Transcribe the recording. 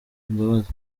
imbabazi